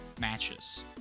matches